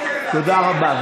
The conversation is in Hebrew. תודה רבה.